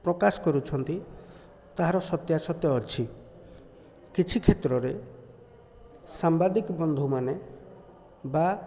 ପ୍ରକାଶ କରୁଛନ୍ତି ତାହାର ସତ୍ୟା ସତ୍ୟ ଅଛି କିଛି କ୍ଷେତ୍ରରେ ସାମ୍ବାଦିକ ବନ୍ଧୁମାନେ ବା